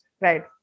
Right